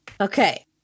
okay